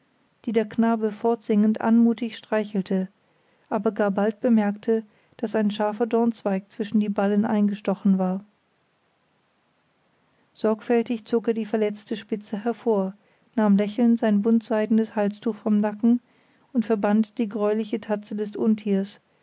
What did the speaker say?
die der knabe fortsingend anmutig streichelte aber gar bald bemerkte daß ein scharfer dornzweig zwischen die ballen eingestochen war sorgfältig zog er die verletzende spitze hervor nahm lächelnd sein buntseidenes halstuch vom nacken und verband die greuliche tatze des untiers